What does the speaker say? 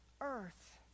earth